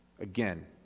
again